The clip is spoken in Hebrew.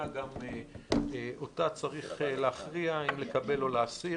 גם בה צריך להכריע, אם לקבל או להסיר.